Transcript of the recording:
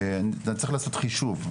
אני צריך לעשות חישוב.